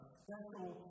special